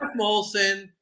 Molson